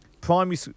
primary